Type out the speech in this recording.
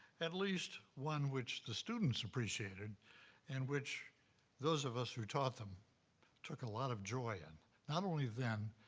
at least one which the students appreciated and which those of us who taught them took a lot of joy in, not only then,